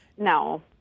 No